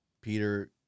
Peter